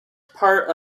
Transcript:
part